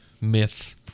myth